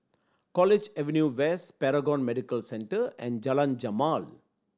College Avenue West Paragon Medical Centre and Jalan Jamal